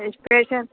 ایپریشر